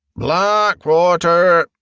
blackwater!